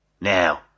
Now